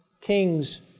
Kings